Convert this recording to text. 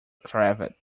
cravat